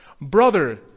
Brother